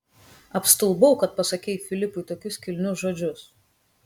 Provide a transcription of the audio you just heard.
apstulbau kad pasakei filipui tokius kilnius žodžius